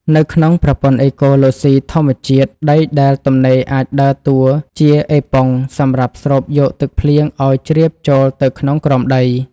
នៅក្នុងប្រព័ន្ធអេកូឡូស៊ីធម្មជាតិ ដីដែលទំនេរអាចដើរតួជា អេប៉ុង សម្រាប់ស្រូបយកទឹកភ្លៀងឱ្យជ្រាបចូលទៅក្នុងក្រោមដី។